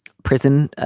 prison.